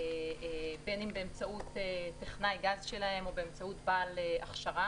בין אם באמצעות טכנאי גז שלהם או באמצעות בעל הכשרה,